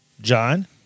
John